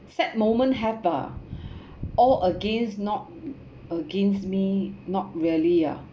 sad moment have lah all against not against me not really ah